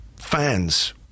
fans